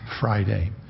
Friday